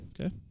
okay